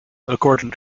according